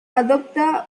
adopta